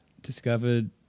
discovered